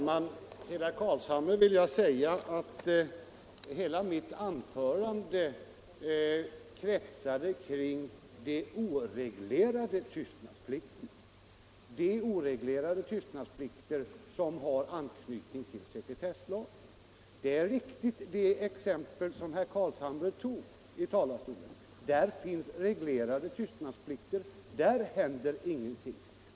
Herr talman! Hela mitt anförande, herr Carlshamre, kretsade kring de oreglerade tystnadsplikter som har anknytning till sekretesslagen. Det exempel som herr Carlshamre gav här ifrån talarstolen är riktigt; där finns reglerade tystnadsplikter och där händer ingenting.